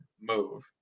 move